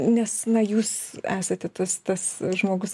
nes na jūs esate tas tas žmogus